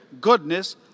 goodness